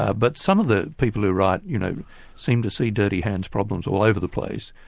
ah but some of the people who write you know seem to see dirty hands problems all over the place.